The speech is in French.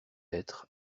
être